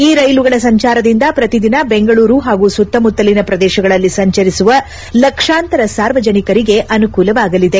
ಈ ರೈಲುಗಳ ಸಂಚಾರದಿಂದ ಪ್ರತಿದಿನ ದೆಂಗಳೂರು ಪಾಗೂ ಸುತ್ತಮುತ್ತಲಿನ ಪ್ರದೇಶಗಳಲ್ಲಿ ಸಂಚರಿಸುವ ಲಕ್ಷಾಂತರ ಸಾರ್ವಜನಿಕರಿಗೆ ಅನುಕೂಲವಾಗಲಿದೆ